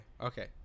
Okay